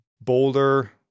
Boulder